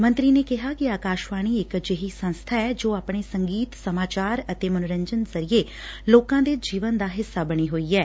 ਮੰਤਰੀ ਨੇ ਕਿਹਾ ਕਿ ਅਕਾਸ਼ਵਾਣੀ ਇਕ ਅਜਿਹੀ ਸੰਸਬਾ ਏ ਜੋ ਆਪਣੇ ਸੰਗੀਤ ਸਮਾਚਾਰ ਅਤੇ ਮਨੋਰੰਜਨ ਜਰੀਏ ਲੋਕਾਂ ਦੇ ਜੀਵਨ ਦਾ ਹਿੱਸਾ ਬਣੀ ਹੋਈ ਏ